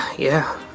yeah